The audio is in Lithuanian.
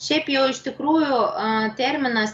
šiaip jau iš tikrųjų a terminas